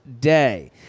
day